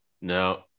No